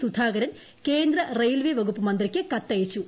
സുധാകരൻ കേന്ദ്ര റെയിൽവേ വകുപ്പ് മന്ത്രിക്ക് കത്തയച്ചു